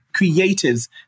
creatives